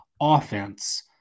offense